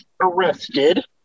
arrested